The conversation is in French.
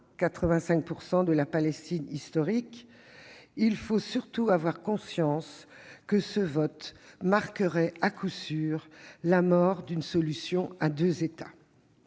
85 % de la Palestine historique, il faut surtout avoir conscience que ce vote marquerait, à coup sûr, la mort d'une solution à deux États.